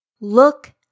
look